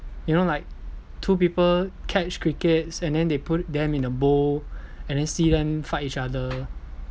you know like two people catch crickets and then they put it them in a bowl and then see them fight each other